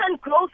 growth